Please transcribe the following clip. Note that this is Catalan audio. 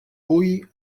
bull